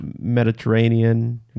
Mediterranean